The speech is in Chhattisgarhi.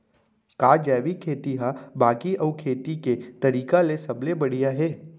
का जैविक खेती हा बाकी अऊ खेती के तरीका ले सबले बढ़िया हे?